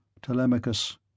Telemachus